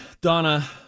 Donna